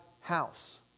house